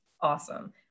awesome